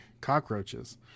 cockroaches